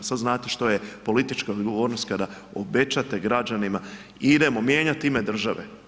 Sad znate što je politička odgovornost kada obećate građanima, idemo mijenjati ime države.